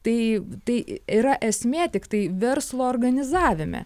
tai tai yra esmė tiktai verslo organizavime